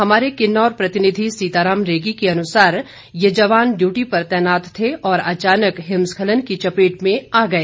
हमारे किन्नौर प्रतिनिधि सीताराम नेगी के अनुसार ये जवान डयूटी पर तैनात थे और अचानक हिमस्खलन की चपेट में आ गए